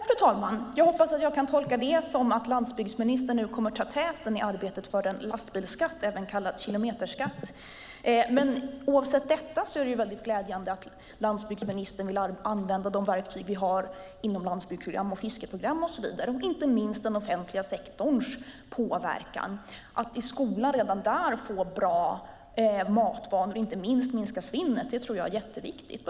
Fru talman! Jag hoppas att jag kan tolka detta som att landsbygdsministern kommer att ta täten i arbetet för en lastbilsskatt, även kallad kilometerskatt. Oavsett detta är det glädjande att landsbygdsministern vill använda de verktyg som finns inom landsbygdsprogram och fiskeprogram och inte minst offentliga sektorns påverkan. Att i skolan få bra matvanor och inte minst minska svinnet är viktigt.